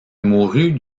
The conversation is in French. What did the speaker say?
mourut